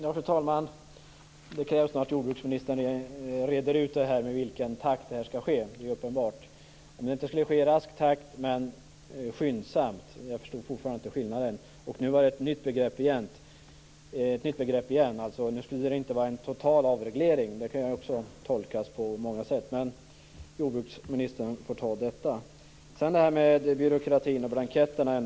Fru talman! Det krävs uppenbart att jordbruksministern reder ut det här med i vilken takt detta skall ske. Det skulle alltså inte ske i rask takt men skyndsamt - jag förstår fortfarande inte skillnaden. Nu kom det dessutom ett nytt begrepp igen: Nu skulle det inte vara en total avreglering. Det kan också tolkas på många sätt. Jordbruksministern får nog ta detta. Till sist vill jag ta upp detta med byråkratin och blanketterna.